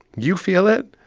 you feel it?